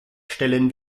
stellen